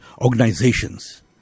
organizations